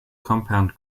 compound